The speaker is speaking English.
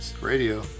Radio